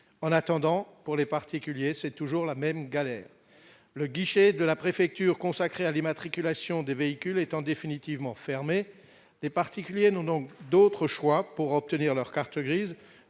en attendant pour les particuliers, c'est toujours la même galère le guichet de la préfecture consacrée à l'immatriculation des véhicules étant définitivement fermé les particuliers n'ont donc d'autre choix pour obtenir leur carte grise